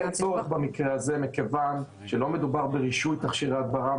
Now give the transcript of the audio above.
אין צורך במקרה הזה מכיוון שלא מדובר ברישוי תכשירי הדברה,